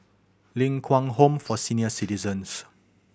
Ling Kwang Home for Senior Citizens